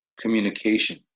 communication